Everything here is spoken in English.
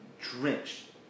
drenched